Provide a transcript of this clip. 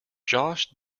josh